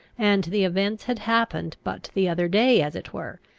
and the events had happened but the other day as it were,